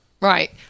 Right